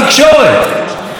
קוראים לו בנימין נתניהו,